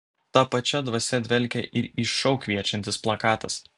ta pačia dvasia dvelkia ir į šou kviečiantis plakatas